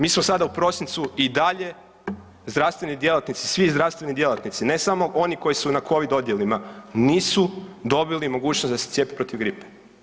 Mi smo sada u prosincu i dalje zdravstveni djelatnici, svi zdravstveni djelatnici ne samo oni koji su na Covid odjelima nisu dobili mogućnost da se cijepe protiv gripe.